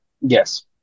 Yes